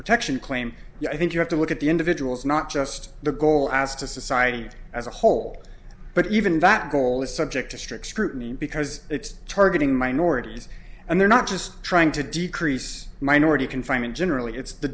protection claim i think you have to look at the individuals not just the goal as to society as a whole but even that goal is subject to strict scrutiny because it's targeting minorities and they're not just trying to decrease minority confinement generally it's the